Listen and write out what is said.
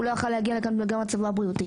הוא לא יכול היה להגיע לכאן בגלל מצבו הבריאותי.